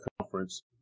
conference